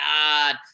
God